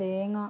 തേങ്ങ